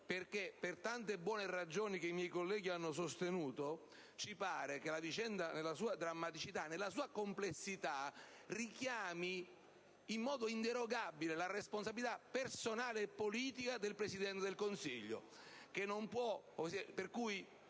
perché, per tante buone ragioni sostenute dai colleghi, ci sembra che la vicenda nella sua drammaticità e complessità richiami in modo inderogabile la responsabilità personale e politica del Presidente del Consiglio.